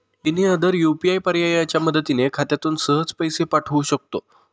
any other UPI पर्यायाच्या मदतीने खात्यातून सहज पैसे पाठवू शकतो